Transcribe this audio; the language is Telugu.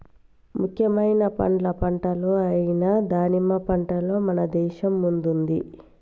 ముఖ్యమైన పండ్ల పంటలు అయిన దానిమ్మ పంటలో మన దేశం ముందుంది